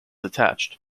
attached